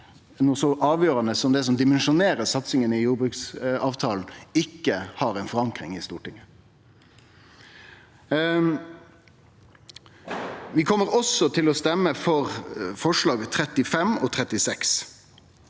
der noko så avgjerande som det som dimensjonerer satsingane i jordbruksavtalen, ikkje har forankring i Stortinget. Vi kjem til å stemme for forslaga nr. 35 og 36.